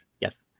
yes